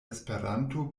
esperanto